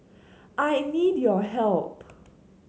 I need your help